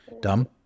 dumb